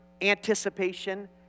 anticipation